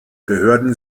behörden